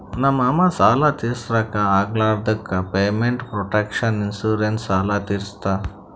ನಮ್ ಮಾಮಾ ಸಾಲ ತಿರ್ಸ್ಲಕ್ ಆಗ್ಲಾರ್ದುಕ್ ಪೇಮೆಂಟ್ ಪ್ರೊಟೆಕ್ಷನ್ ಇನ್ಸೂರೆನ್ಸ್ ಸಾಲ ತಿರ್ಸುತ್